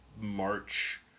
March